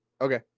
Okay